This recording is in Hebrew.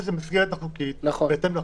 בהתאם לחוק.